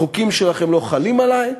החוקים שלכם לא חלים עלי,